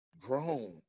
grown